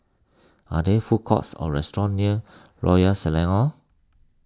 are there food courts or restaurants near Royal Selangor